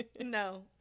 No